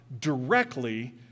directly